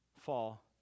fall